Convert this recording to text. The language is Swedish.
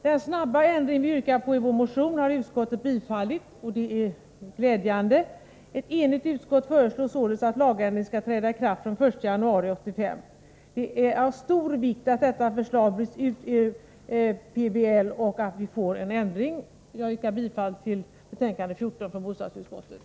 Den snabba ändring vi yrkat på i vår motion har utskottet tillstyrkt, och det är glädjande. Ett enigt utskott föreslår således att lagändringen skall träda i kraft den 1 januari 1985. Det är av stor vikt att detta förslag bryts ut ur planoch bygglagen och att vi får en ändring. Jag yrkar bifall till utskottets hemställan i betänkande nr 14.